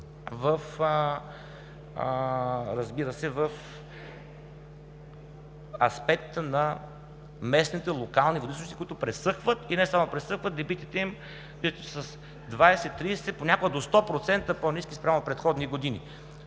в аспекта на местните локални водоизточници, които пресъхват. И не само пресъхват, дебитите им са с 20, 30, понякога до 100% по-ниски спрямо предходни години.